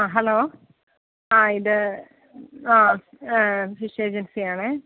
ആ ഹലോ ആ ഇത് ആ ഫിഷ് ഏജൻസിയാണെ